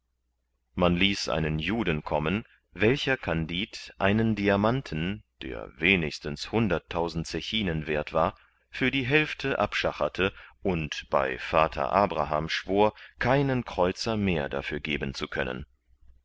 man ließ einen juden kommen welcher kandid einen diamanten der wenigstens hunderttausend zechinen werth war für die hälfte abschacherte und bei vater abraham schwor keinen kreuzer mehr dafür geben zu können